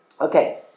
Okay